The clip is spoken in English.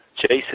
Jason